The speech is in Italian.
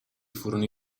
furono